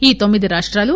ఈ తొమ్మిది రాష్టాలు